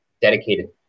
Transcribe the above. dedicated